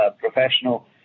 professional